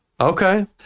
Okay